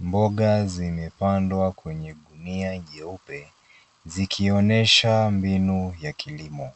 Mboga zimepandwa kwenye gunia nyeupe zikionyesha mbinu ya kilimo.